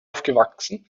aufgewachsen